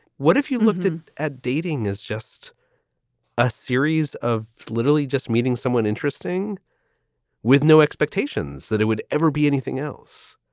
what if you looked at at dating is just a series of literally just meeting someone interesting with no expectations that it would ever be anything else.